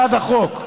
בעד החוק.